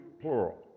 plural